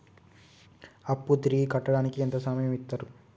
అప్పు తిరిగి కట్టడానికి ఎంత సమయం ఇత్తరు?